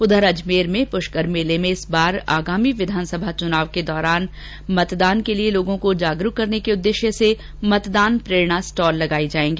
उधर अजमेर में पुष्कर पशु मेले में इस बार आगामी विधानसभा चुनाव के दौरान मतदान के लिए लोगों को जागरूक करने के उद्देश्य से मतदान प्रेरणा स्टॉले लेगायी जाएगी